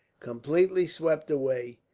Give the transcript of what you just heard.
completely swept away,